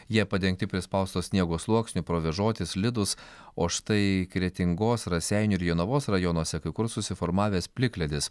jie padengti prispausto sniego sluoksniu provėžoti slidūs o štai kretingos raseinių ir jonavos rajonuose kai kur susiformavęs plikledis